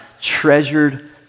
treasured